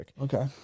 Okay